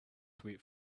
sweet